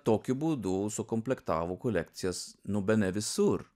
tokiu būdu sukomplektavo kolekcijas nu bene visur